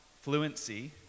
fluency